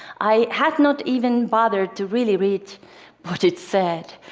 i had not even bothered to really read what it said.